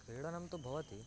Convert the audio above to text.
क्रीडनं तु भवति